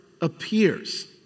appears